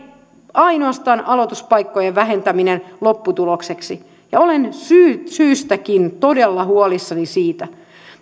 ainoastaan aloituspaikkojen vähentäminen lopputulokseksi olen syystäkin todella huolissani siitä